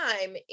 time